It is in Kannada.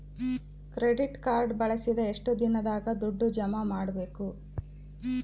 ಕ್ರೆಡಿಟ್ ಕಾರ್ಡ್ ಬಳಸಿದ ಎಷ್ಟು ದಿನದಾಗ ದುಡ್ಡು ಜಮಾ ಮಾಡ್ಬೇಕು?